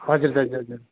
हजुर दाजु हजुर